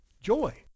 Joy